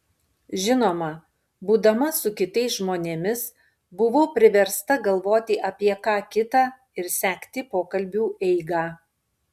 žinoma būdama su kitais žmonėmis buvau priversta galvoti apie ką kita ir sekti pokalbių eigą